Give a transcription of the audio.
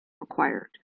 required